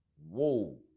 Whoa